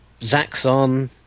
Zaxxon